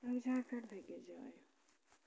بیٚکہِ جاے